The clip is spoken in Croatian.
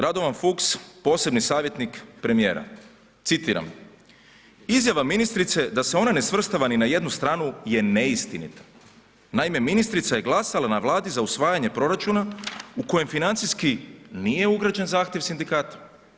Radovan Fuchs, posebni savjetnik premijera, citiram, izjava ministrice da se ona ne svrstava ni na jednu stranu je neistinita. naime, ministrica je glasala na Vladi za usvajanje proračuna u kojem financijski nije ugrađen zahtjev sindikata.